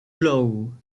low